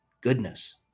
goodness